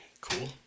cool